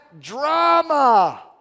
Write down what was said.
drama